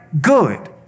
good